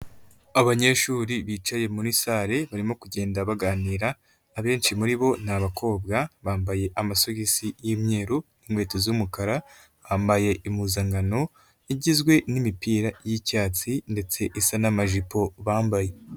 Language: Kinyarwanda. Abanyeshuri bicaye muri sale barimo kugenda baganira, abenshi muri bo ni abakobwa, bambaye amasogisi y'imyeru, inkweto z'umukara, bambaye impuzankano igizwe n'imipira y'icyatsi ndetse isa n'amajipo bambaye.